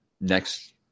next